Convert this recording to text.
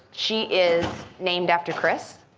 she is named after chris.